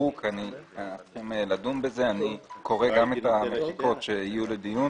מחוק וצריכים לדון בזה אבל אני קורא גם את המחיקות שיהיו לדיון